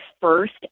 first